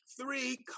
three